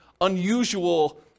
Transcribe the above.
unusual